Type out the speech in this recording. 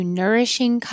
nourishing